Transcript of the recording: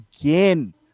again